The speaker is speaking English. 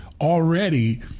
already –